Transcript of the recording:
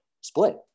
split